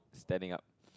standing up